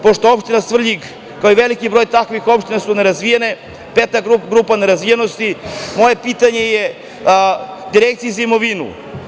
Pošto je Opština Svrljig, kao i veliki broj takvih opština, nerazvijena, peta grupa nerazvijenosti, moje pitanje je upućeno Direkciji za imovinu.